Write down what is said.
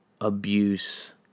Abuse